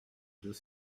deux